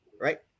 right